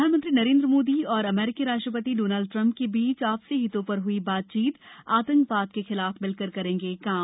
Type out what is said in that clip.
प्रधानमंत्री नरेन्द्र मोदी और अमेरिकी राष्ट्रपति डोनाल्ड ट्रंप के बीच आपसी हितों पर हुई बातचीत आतंकवाद के खिलाफ मिलकर करेंगे काम